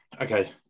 okay